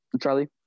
Charlie